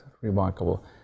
remarkable